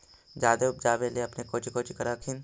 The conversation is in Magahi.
जादे उपजाबे ले अपने कौची कौची कर हखिन?